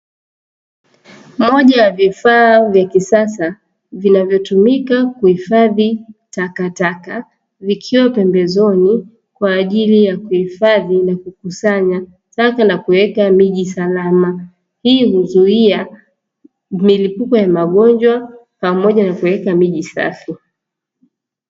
Moja ya vifaa vya kisasa vinavyotumika kuhifadhi takataka vikiwa pembezoni kwaajili ya kuhifadhi na kukusanya taka na kuweka miji salama hii huzuia milipuko ya magonjwa pamoja na kuweka miji safi.